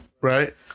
Right